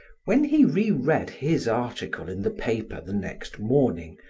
when he re-read his article in the paper the next morning,